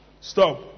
Stop